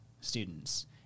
students